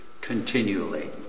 continually